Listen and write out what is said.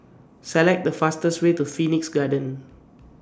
Select The fastest Way to Phoenix Garden